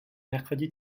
mercredi